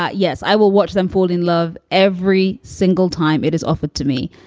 ah yes, i will watch them fall in love every single time it is offered to me.